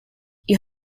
you